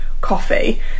coffee